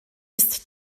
ist